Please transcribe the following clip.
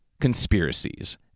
conspiracies